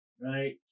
right